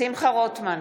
שמחה רוטמן,